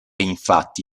infatti